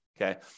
Okay